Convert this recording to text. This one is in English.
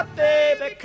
baby